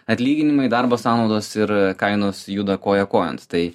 atlyginimai darbo sąnaudos ir kainos juda koja kojon tai